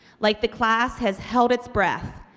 like the class has held its breath,